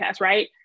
right